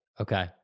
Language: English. Okay